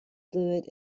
fluent